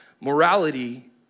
morality